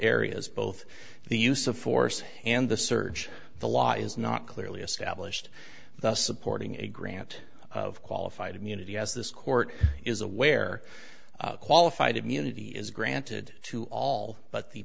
areas both the use of force and the surge the law is not clearly established thus supporting a grant of qualified immunity as this court is aware qualified immunity is granted to all but the